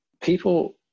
people